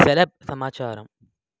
select సమాచారం